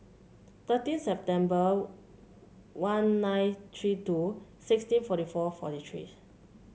thirteen September one nine three two sixteen forty four forty three